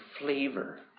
flavor